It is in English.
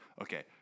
okay